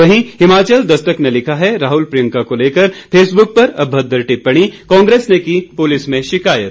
वहीं हिमाचल दस्तक ने लिखा है राहुल प्रियंका को लेकर फेसबुक पर अभद्र टिप्पणी कांग्रेस ने की पूलिस में शिकायत